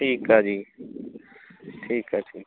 ਠੀਕ ਆ ਜੀ ਠੀਕ ਹੈ ਠੀਕ ਹੈ